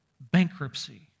bankruptcy